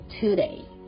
today